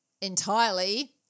entirely